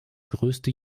größte